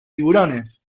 tiburones